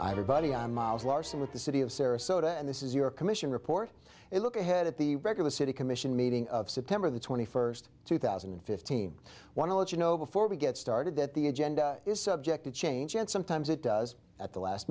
i have a buddy on mars larsen with the city of sarasota and this is your commission report a look ahead at the regular city commission meeting of september the twenty first two thousand and fifteen want to let you know before we get started that the agenda is subject to change and sometimes it does at the last